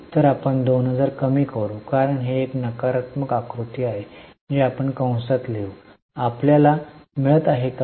तर आपण 2000 कमी करू कारण हे एक नकारात्मक आकृती आहे जे आपण कंसात लिहू आपल्याला मिळत आहे काय